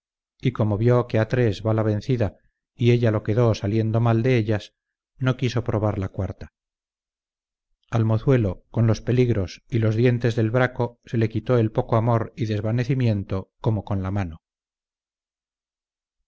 y como vió que a tres va la vencida y ella lo quedó saliendo mal de ellas no quiso probar la cuarta al mozuelo con los peligros y los dientes del braco se le quitó el poco amor y desvanecimiento como con la mano